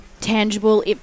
tangible